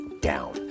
down